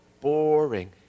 Boring